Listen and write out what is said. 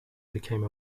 became